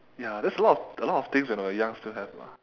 ya there's a lot a lot of things when we were young still have lah